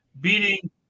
beating